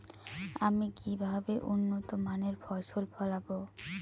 আমি কিভাবে উন্নত মানের ফসল ফলাব?